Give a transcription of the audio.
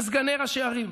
של סגני ראשי ערים?